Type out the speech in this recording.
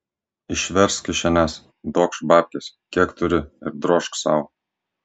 išversk kišenes duokš babkes kiek turi ir drožk sau